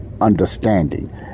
understanding